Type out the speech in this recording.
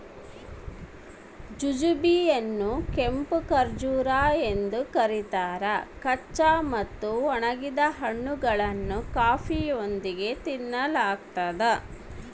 jujube ಯನ್ನುಕೆಂಪು ಖರ್ಜೂರ ಎಂದು ಕರೀತಾರ ಕಚ್ಚಾ ಮತ್ತು ಒಣಗಿದ ಹಣ್ಣುಗಳನ್ನು ಕಾಫಿಯೊಂದಿಗೆ ತಿನ್ನಲಾಗ್ತದ